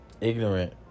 ignorant